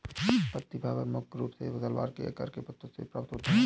पत्ती फाइबर मुख्य रूप से तलवार के आकार के पत्तों से प्राप्त होता है